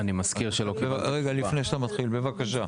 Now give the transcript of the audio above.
רגע, לפני שאתה מתחיל, בבקשה.